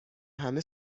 همه